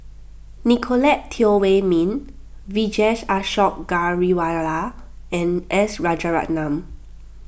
Nicolette Teo Wei Min Vijesh Ashok Ghariwala and S Rajaratnam